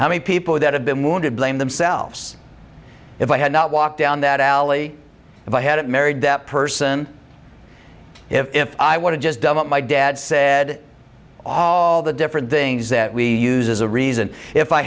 how many people that have been wounded blame themselves if i had not walked down that alley if i hadn't married that person if i want to just dump my dad said all the different things that we use as a reason if i